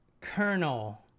Colonel